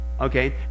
Okay